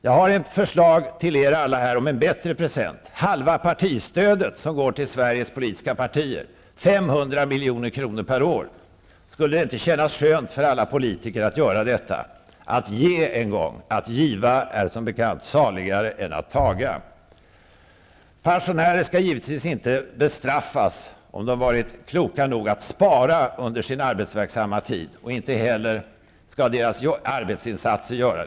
Jag har ett förslag om en bättre present: halva partistödet som går till Sveriges politiska partier, 500 milj.kr. per år. Skulle det inte kännas skönt för alla politiker att ge? Att giva är, som bekant, saligare än att taga. Pensionärer skall givetvis inte bestraffas om de har varit kloka nog att spara under sin verksamma tid. Inte heller skall deras arbetsinsatser straffas.